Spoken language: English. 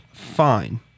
Fine